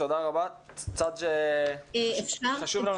תודה רבה, זה צד שחשוב לנו לשמוע.